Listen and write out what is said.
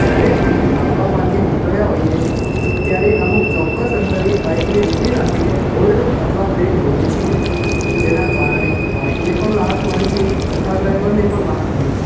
જયારે અમે લાંબા માર્ગે નીકળ્યા હોઈએ ત્યારે અમુક ચોક્કસ અંતરે બાઇકને ઉભી રાખીને હોલ્ડ અથવા બ્રેક લઈએ છીએ જેનાં કારણે બાઇકને પણ રાહત મળે છે તથા ડ્રાઈવરને પણ રાહત મળે છે